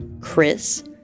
Chris